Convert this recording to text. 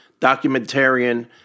documentarian